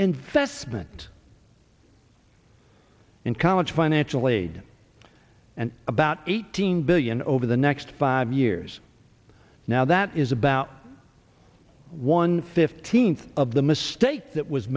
investment in college financial aid and about eighteen billion over the next five years now that is about one fifteenth of the mistake that was